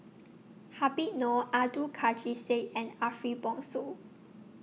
Habib Noh Abdul Kadir Syed and Ariff Bongso